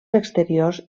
exteriors